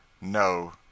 No